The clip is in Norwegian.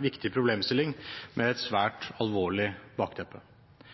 viktig problemstilling med et svært alvorlig bakteppe. Så må jeg også nevne, som interpellanten